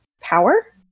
power